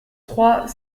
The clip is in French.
trois